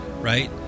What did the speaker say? right